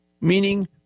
meaning